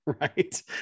right